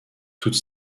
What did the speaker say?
toute